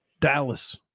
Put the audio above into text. Dallas